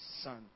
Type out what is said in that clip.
Son